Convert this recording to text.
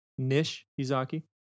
Nishizaki